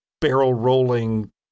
barrel-rolling